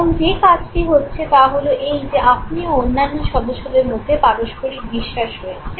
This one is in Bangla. এবং যে কাজটি হচ্ছে তা হলো এই যে আপনি ও অন্যান্য সদস্যদের মধ্যে পারস্পরিক বিশ্বাস রয়েছে